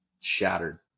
shattered